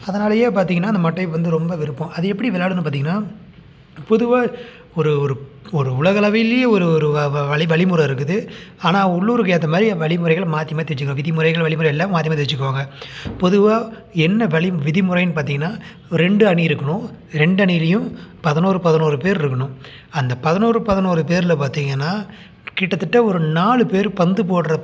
அதனாலேயே பார்த்திங்கன்னா அந்த மட்டைப்பந்து ரொம்ப விருப்பம் அது எப்படி விளையாடணும் பார்த்திங்கன்னா பொதுவாக ஒரு ஒரு ஒரு உலக லெவல்லேயே ஒரு ஒரு வ வ வழி வழிமுறை இருக்குது ஆனால் உள்ளூருக்கு ஏற்ற மாதிரி வழிமுறைகள் மாற்றி மாற்றி வச்சுக்கிறோம் விதிமுறைகள் வழிமுறை எல்லாம் மாற்றி மாற்றி வச்சுக்குவாங்க பொதுவாக என்ன வழி விதிமுறைன்னு பார்த்திங்கன்னா ரெண்டு அணி இருக்கணும் ரெண்டு அணிலையும் பதினோரு பதினோரு பேர் இருக்கணும் அந்த பதினோரு பதினோரு பேரில் பார்த்திங்கன்னா கிட்டத்திட்ட ஒரு நாலு பேர் பந்து போடுற